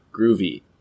groovy